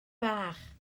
bach